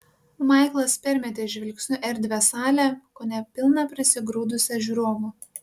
maiklas permetė žvilgsniu erdvią salę kone pilną prisigrūdusią žiūrovų